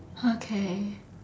okay